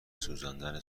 سوزاندن